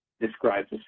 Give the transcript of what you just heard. describes